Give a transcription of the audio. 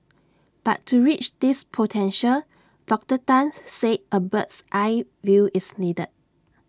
but to reach this potential Doctor Tan said A bird's eye view is needed